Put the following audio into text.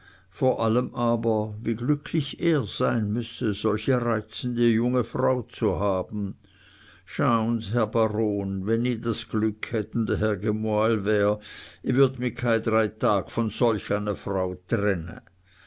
vor allem aber wie glücklich er sein müsse solche reizende junge frau zu haben schaun s herr baron wann i das glück hätt und der herr gemoahl wär i würd mi kein drei tag von solch ane frau trenne